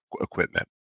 equipment